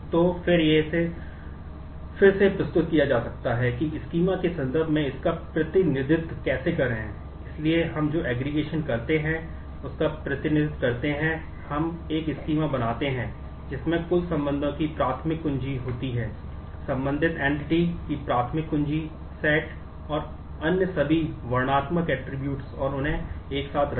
तो यह फिर से प्रस्तुत किया जा सकता है कि स्कीमा और उन्हें एक साथ रखा